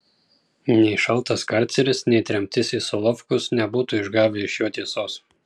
nei šaltas karceris nei tremtis į solovkus nebūtų išgavę iš jo tiesos